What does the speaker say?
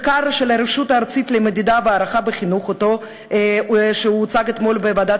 מחקר של הרשות הארצית למדידה והערכה בחינוך שהוצג אתמול בוועדת